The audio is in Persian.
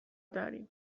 داریم